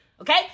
Okay